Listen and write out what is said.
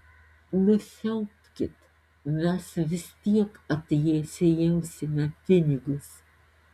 nusiaubkit mes vis tiek atsiimsime pinigus